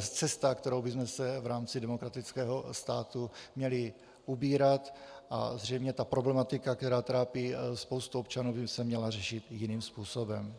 cesta, kterou bychom se v rámci demokratického státu měli ubírat, a zřejmě ta problematika, která trápí spoustu občanů, by se měla řešit jiným způsobem.